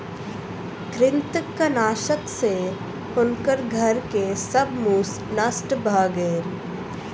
कृंतकनाशक सॅ हुनकर घर के सब मूस नष्ट भ गेल